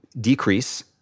decrease